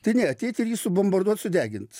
tai ne ateit ir jį subombarduot sudegint